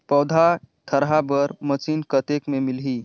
पौधा थरहा बर मशीन कतेक मे मिलही?